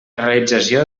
realització